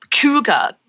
cougar